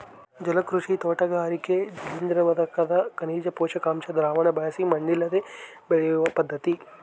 ಜಲಕೃಷಿ ತೋಟಗಾರಿಕೆ ಜಲಿಯದ್ರಾವಕದಗ ಖನಿಜ ಪೋಷಕಾಂಶ ದ್ರಾವಣ ಬಳಸಿ ಮಣ್ಣಿಲ್ಲದೆ ಬೆಳೆಯುವ ಪದ್ಧತಿ